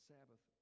Sabbath